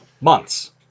months